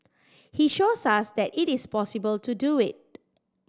he shows us that it is possible to do it